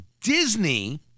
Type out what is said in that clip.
Disney